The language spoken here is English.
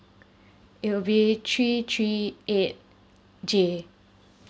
it will be three three eight j